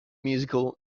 musical